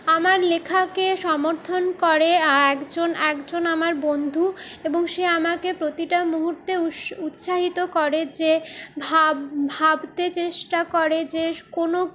আমার লেখাকে সমর্থন করে একজন একজন আমার বন্ধু এবং সে আমাকে প্রতিটা মুহূর্তে উৎসাহিত করে যে ভাবতে চেষ্টা করে যে কোনো